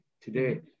today